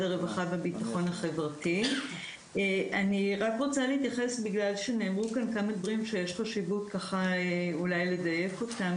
רק רוצה להתייחס בגלל שנאמרו כאן כמה דברים ואולי כדאי לדייק אותם